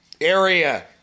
area